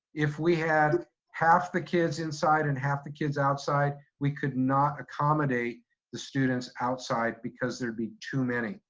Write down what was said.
if we had half the kids inside and half the kids outside, we could not accommodate the students outside because there'd be too many.